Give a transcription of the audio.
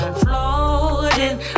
floating